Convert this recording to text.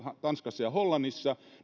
tanskassa ja hollannissa